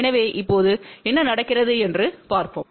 எனவே இப்போது என்ன நடக்கிறது என்று பார்ப்போம்